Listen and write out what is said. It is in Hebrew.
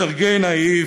סארג'י נאיף,